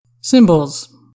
Symbols